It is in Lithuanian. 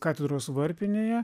katedros varpinėje